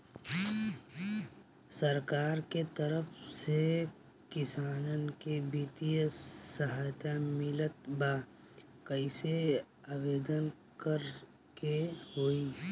सरकार के तरफ से किसान के बितिय सहायता मिलत बा कइसे आवेदन करे के होई?